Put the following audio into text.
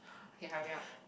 okay hurry up